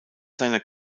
seiner